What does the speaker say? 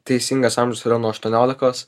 teisingas amžius yra nuo aštuoniolikos